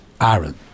Aaron